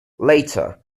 later